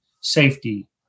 safety